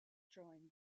joined